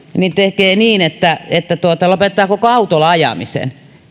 niin tekee niin että että lopettaa koko autolla ajamisen